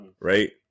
right